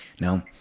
no